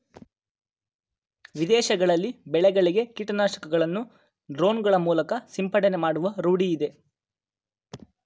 ವಿದೇಶಗಳಲ್ಲಿ ಬೆಳೆಗಳಿಗೆ ಕೀಟನಾಶಕಗಳನ್ನು ಡ್ರೋನ್ ಗಳ ಮೂಲಕ ಸಿಂಪಡಣೆ ಮಾಡುವ ರೂಢಿಯಿದೆ